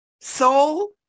Soul